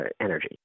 energy